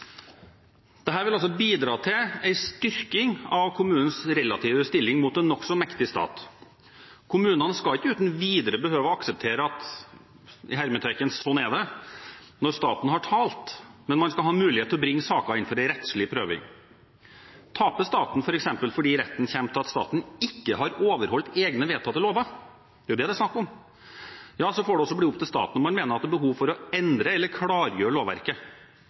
det. Dette vil altså bidra til en styrking av kommunens relative stilling overfor en nokså mektig stat. Kommunene skal ikke uten videre behøve å akseptere at «slik er det når staten har talt», men man skal ha mulighet til å bringe saker inn for en rettslig prøving. Taper staten, f.eks. fordi retten kommer til at staten ikke har overholdt egne vedtatte lover – det er det det er snakk om – får det også bli opp til staten om man mener det er behov for å endre eller klargjøre lovverket.